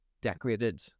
decorated